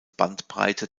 bandbreite